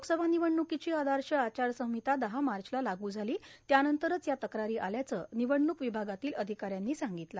लोकसभा निवडण्रकीची आदर्श आचारसंहिता दहा मार्चला लागू झाली त्यानंतरच या तक्रारी आल्याचं निवडणूक विभागातल्या अधिकाऱ्यांनी सांगितलं